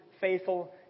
faithful